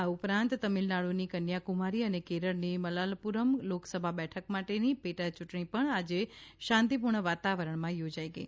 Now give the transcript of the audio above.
આ ઉપરાંત તમિળનાડુની કન્યાક્રમારી અને કેરળની મલ્લાપુરમ લોકસભા બેઠક માટેની પેટા યૂંટણી પણ આજે શાંતિપૂર્ણ વાતાવરણમાં યોજાઇ ગઈ